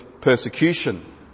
persecution